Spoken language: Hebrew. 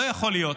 לא יכול להיות